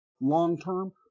long-term